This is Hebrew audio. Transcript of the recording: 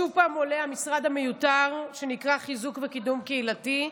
שוב פעם עולה המשרד המיותר שנקרא "חיזוק וקידום קהילתי".